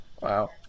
Wow